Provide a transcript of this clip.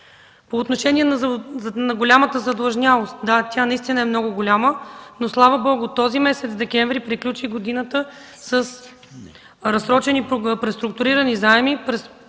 По отношение на голямата задлъжнялост. Да, тя наистина е много голяма, но слава Богу, този месец декември годината приключи с разсрочени преструктурирани заеми,